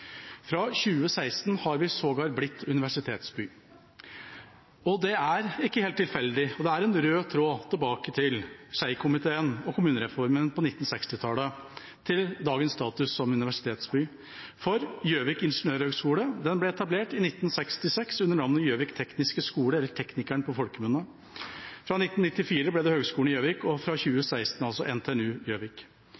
Fra 2016 har vi sågar blitt universitetsby. Det er ikke helt tilfeldig. Det er en rød tråd fra Schei-komiteen og kommunereformen på 1960-tallet til dagens status som universitetsby. Gjøvik ingeniørhøgskole ble etablert i 1966 under navnet Gjøvik tekniske skole, eller «teknikeren», på folkemunne. Fra 1994 ble det Høgskolen i Gjøvik, og fra